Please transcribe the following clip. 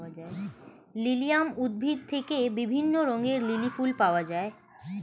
lilium উদ্ভিদ থেকে বিভিন্ন রঙের লিলি ফুল পাওয়া যায়